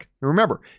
Remember